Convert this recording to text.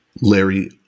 Larry